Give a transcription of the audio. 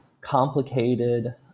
complicated